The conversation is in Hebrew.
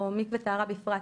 או מקווה טהרה בפרט,